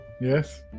Yes